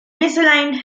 misaligned